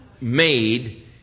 made